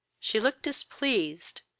she looked displeased,